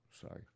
sorry